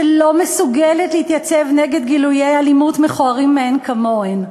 שלא מסוגלת להתייצב נגד גילויי אלימות מכוערים מאין כמוהם.